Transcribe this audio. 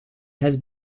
has